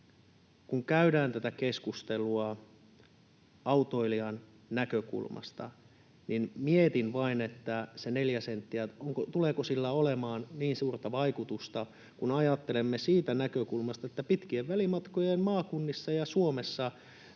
kun käydään tätä keskustelua autoilijan näkökulmasta, niin mietin vain, tuleeko sillä neljällä sentillä olemaan niin suurta vaikutusta, kun ajattelemme siitä näkökulmasta, että pitkien välimatkojen maakunnissa ja Suomessa